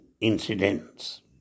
incidents